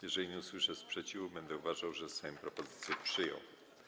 Jeżeli nie usłyszę sprzeciwu, będę uważał, że Sejm propozycje przyjął.